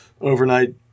overnight